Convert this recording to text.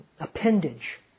appendage